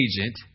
agent